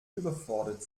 überfordert